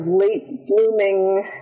late-blooming